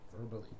verbally